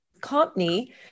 company